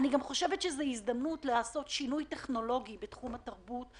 אני חושבת שזאת גם הזדמנות לעשות שינוי טכנולוגי בתחום התרבות.